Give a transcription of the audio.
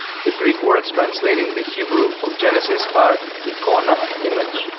the greek words translating the hebrew of genesis are eikona, image,